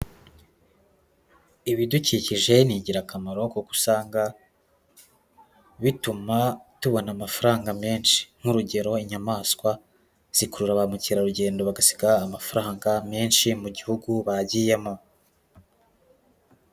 Ibidukikije ni ingirakamaro kuko usanga bituma tubona amafaranga menshi nk'urugero inyamaswa, zikurura ba mukerarugendo bagasiga amafaranga menshi mu gihugu bagiyemo.